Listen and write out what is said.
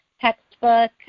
textbook